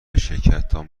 شرکتتان